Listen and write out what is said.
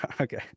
okay